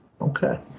Okay